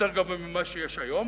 יותר גבוה ממה שיש היום,